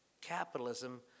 capitalism